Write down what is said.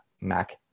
Mac